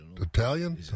Italian